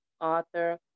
Author